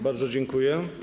Bardzo dziękuję.